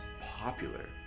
popular